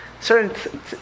certain